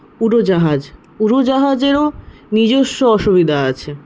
উড়োজাহাজ উড়োজাহাজেরও নিজস্ব অসুবিধা আছে